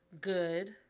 good